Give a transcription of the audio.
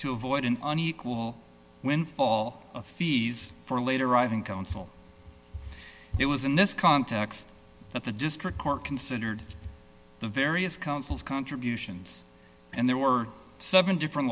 to avoid an unequal windfall of fees for a later arriving council it was in this context that the district court considered the various councils contributions and there were seven different